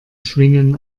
schwingen